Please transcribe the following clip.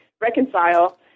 reconcile